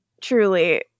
Truly